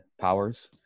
powers